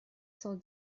cent